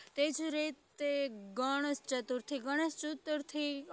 તે જ રીતે ગણેશચતુર્થી ગણેશચતુર્થી